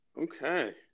Okay